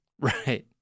Right